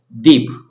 deep